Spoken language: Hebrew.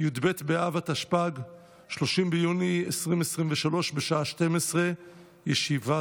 החל בהצעת חוק 3815/25 וכלה בהצעת חוק 3932/25: הצעת